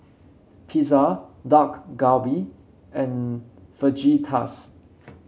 Pizza Dak Galbi and Fajitas